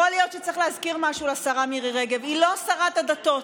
יכול להיות שצריך להזכיר משהו לשרה מירי רגב: היא לא שרת הדתות,